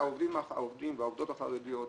שהעובדים והעובדות החרדים,